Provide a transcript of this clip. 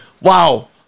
Wow